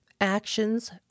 actions